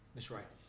ms. wright.